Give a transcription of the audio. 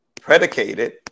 predicated